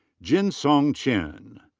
jinsong chen.